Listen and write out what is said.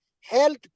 health